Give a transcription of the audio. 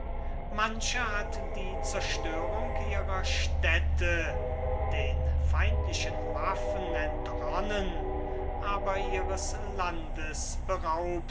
manche hat die zerstörung ihrer städte den feindlichen waffen entronnen aber ihres